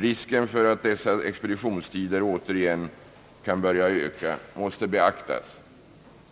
Risken för att dessa expeditionstider återigen kan börja öka måste beaktas,